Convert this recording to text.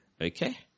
Okay